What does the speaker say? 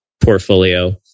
portfolio